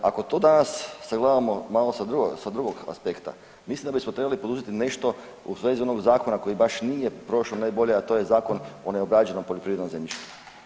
Ako to danas sagledamo malo sa drugog aspekta mislim da bismo trebali poduzeti nešto u svezi onog zakona koji baš nije prošao najbolje, a to je Zakon o neobrađenom poljoprivrednom zemljištu.